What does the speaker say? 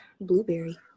blueberry